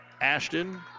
Ashton